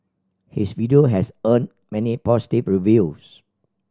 his video has earned many positive reviews